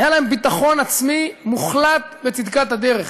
היה להם ביטחון עצמי מוחלט בצדקת הדרך.